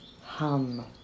hum